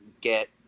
get